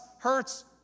hurts